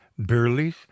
Burleys